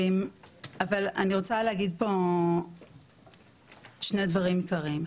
אני רוצה להגיד פה שני דברים עיקריים.